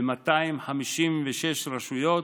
ב-256 רשויות,